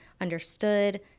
understood